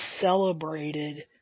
celebrated